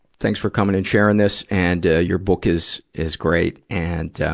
thanks for coming and sharing this. and, ah, your book is, is great. and,